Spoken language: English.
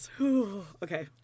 Okay